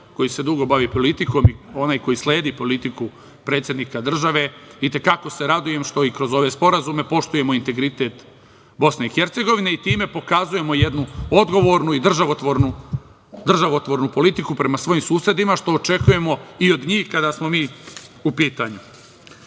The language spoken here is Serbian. koji se dugo bavi politikom i onaj koji sledi politiku predsednika države, itekako se radujem što i kroz ove sporazume poštujemo integritet BiH i time pokazujemo jednu odgovornu i državotvornu politiku prema svojim susedima, što očekujemo i od njih kada smo mi u pitanju.